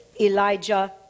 Elijah